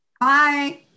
Bye